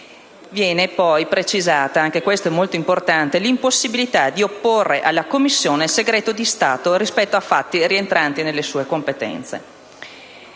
importante - l'impossibilità di opporre alla Commissione il segreto di Stato rispetto a fatti rientranti nelle sue competenze.